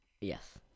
yes